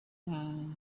now